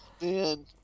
man